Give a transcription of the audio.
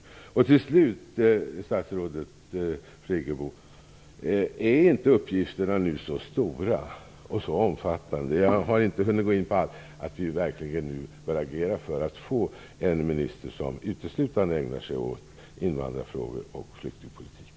Till slut vill jag fråga statsrådet Friggebo: Är inte uppgifterna nu så stora och så omfattande att vi bör agera för att få en minister som uteslutande ägnar sig åt invandrarfrågor och flyktingpolitik?